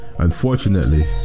unfortunately